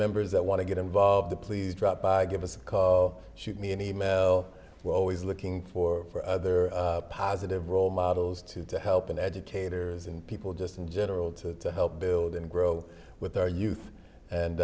members that want to get involved please drop by give us a call sheet me an email we're always looking for for other positive role models to to help and educators and people just in general to help build and grow with our youth and